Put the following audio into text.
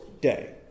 day